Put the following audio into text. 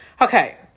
Okay